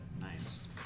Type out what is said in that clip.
Nice